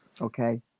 Okay